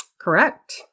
Correct